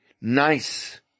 nice